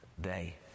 day